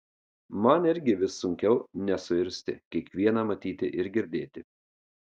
man irgi vis sunkiau nesuirzti kiekvieną matyti ir girdėti